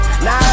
Now